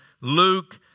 Luke